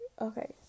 Okay